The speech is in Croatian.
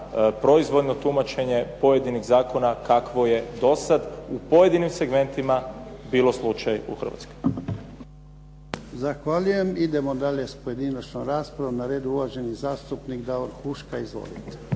proizvoljno tumačenje pojedinih zakona, kakvo je dosad u pojedinim segmentima bilo slučaj u Hrvatskoj.